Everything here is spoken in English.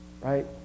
right